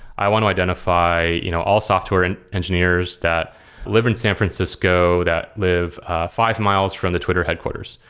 i want identify you know all software and engineers that live in san francisco that live five miles from the twitter headquarters.